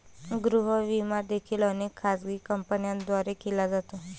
गृह विमा देखील अनेक खाजगी कंपन्यांद्वारे केला जातो